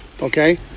okay